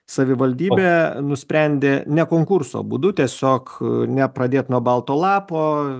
savivaldybė nusprendė ne konkurso būdu tiesiog nepradėt nuo balto lapo